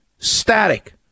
Static